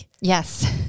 Yes